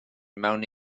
mewn